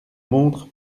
montre